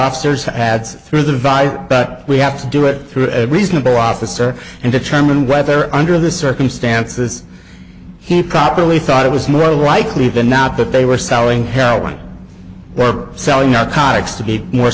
value but we have to do it through every single officer and determine whether under the circumstances he properly thought it was more likely than not that they were selling heroin or selling out comics to be more